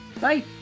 Bye